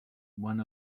one